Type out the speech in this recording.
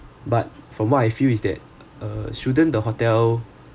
but from what I feel is that uh shouldn't the hotel